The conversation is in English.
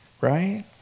right